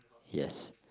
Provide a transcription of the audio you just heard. yes